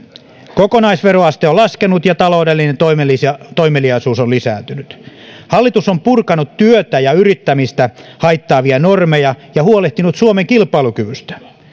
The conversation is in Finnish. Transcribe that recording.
kokonaisveroaste on laskenut ja taloudellinen toimeliaisuus toimeliaisuus on lisääntynyt hallitus on purkanut työtä ja yrittämistä haittaavia normeja ja huolehtinut suomen kilpailukyvystä